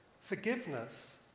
forgiveness